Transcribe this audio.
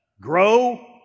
grow